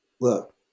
look